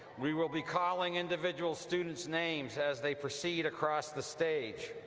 we will be calling individual students' names as they proceed across the stage.